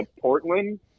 Portland